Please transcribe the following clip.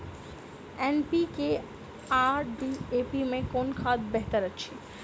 NPK आ DAP मे कुन खाद बेहतर अछि?